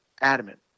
adamant